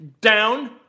down